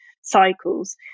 cycles